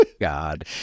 God